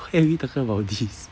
why are we talking about this